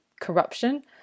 Corruption